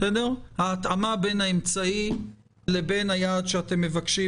ההתאמה בין האמצעי לבין היעד שאתם מבקשים